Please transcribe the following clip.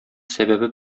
сәбәбе